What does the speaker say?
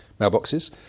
mailboxes